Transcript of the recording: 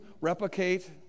replicate